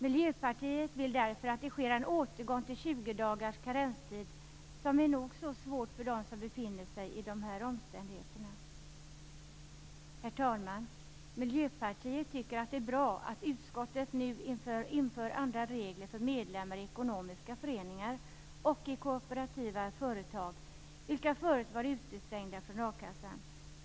Miljöpartiet vill mot denna bakgrund att det sker en återgång till 20 dagars karenstid, som också den kan vara nog så svår för dem som befinner sig i de här omständigheterna. Herr talman! Miljöpartiet tycker att det är bra att utskottet nu går in för andra regler för medlemmar i ekonomiska föreningar och i kooperativa företag, vilka tidigare varit utestängda från a-kassan.